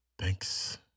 thanks